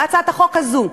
בהצעת החוק הזו.